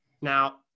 Now